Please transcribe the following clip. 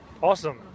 Awesome